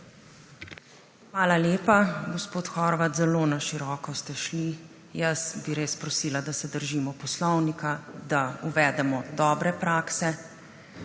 Hvala lepa. Gospod Horvat, zelo na široko ste šli. Jaz bi res prosila, da se držimo poslovnika, da uvedemo dobre prakse.